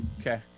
Okay